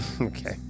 Okay